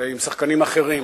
עם שחקנים אחרים.